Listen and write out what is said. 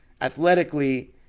Athletically